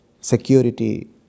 security